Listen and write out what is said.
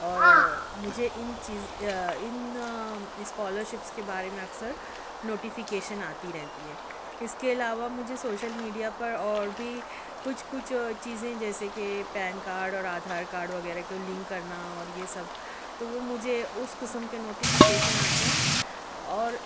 اور مجھے ان چیز اسکالرشپس کے بارے میں اکثر نوٹیفیکیشن آتی رہتی ہیں اس کے علاوہ مجھے سوشل میڈیا پر اور بھی کچھ کچھ چیزیں جیسے کہ پین کارڈ اور آدھار کارڈ وغیرہ کو لنک کرنا اور یہ سب تو وہ مجھے اس قسم کے نوٹیفیکیشن آتے ہیں اور